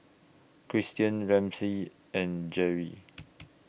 Christian Ramsey and Jerri